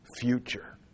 future